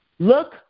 Look